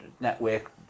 network